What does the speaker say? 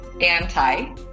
anti